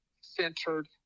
centered